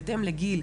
בהתאם לגיל,